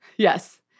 Yes